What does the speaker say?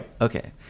Okay